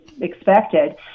expected